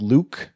Luke